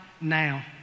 now